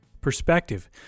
perspective